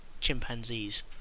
chimpanzees